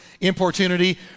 importunity